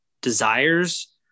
desires